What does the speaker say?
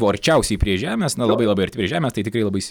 buvo arčiausiai prie žemės na labai labai arti prie žemės tai tikrai labai